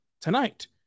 tonight